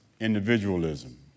individualism